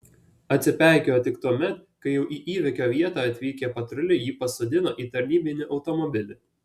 atsipeikėjo tik tuomet kai jau į įvykio vietą atvykę patruliai jį pasodino į tarnybinį automobilį